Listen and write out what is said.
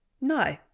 No